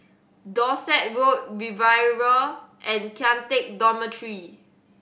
Dorset Road Riviera and Kian Teck Dormitory